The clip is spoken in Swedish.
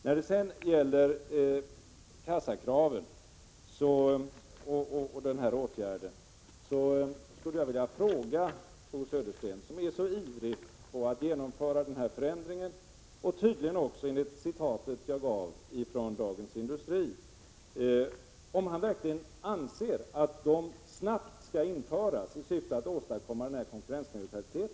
När det sedan gäller kassakraven, skulle jag vilja fråga Bo Södersten, som tycks vara så ivrig att genomföra denna förändring, enligt det citat jag anförde från Dagens Industri, om han verkligen anser att kassakraven snabbt skall införas i syfte att åstadkomma konkurrensneutralitet.